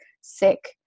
sick